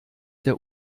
der